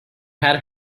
had